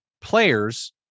players